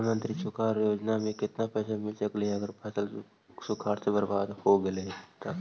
प्रधानमंत्री सुखाड़ योजना से केतना पैसा मिल सकले हे अगर फसल सुखाड़ से बर्बाद हो गेले से तब?